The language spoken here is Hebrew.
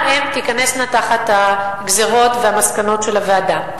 גם הן תיכנסנה תחת הגזירות והמסקנות של הוועדה.